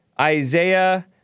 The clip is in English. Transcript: Isaiah